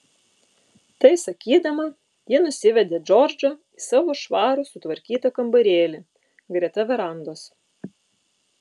tai sakydama ji nusivedė džordžą į savo švarų sutvarkytą kambarėlį greta verandos